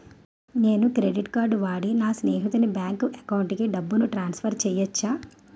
నేను credit card వాడి నా స్నేహితుని బ్యాంక్ అకౌంట్ కి డబ్బును ట్రాన్సఫర్ చేయచ్చా?